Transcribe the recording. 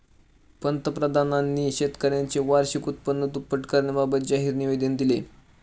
पंतप्रधानांनी शेतकऱ्यांचे वार्षिक उत्पन्न दुप्पट करण्याबाबत जाहीर निवेदन दिले